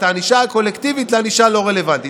הענישה הקולקטיבית לענישה לא רלוונטית.